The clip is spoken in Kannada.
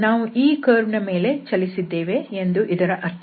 ನಾವು ಈ ಕರ್ವ್ ನ ಮೇಲೆ ಚಲಿಸಿದ್ದೇವೆ ಎಂದು ಇದರ ಅರ್ಥ